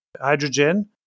hydrogen